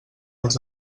els